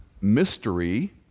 mystery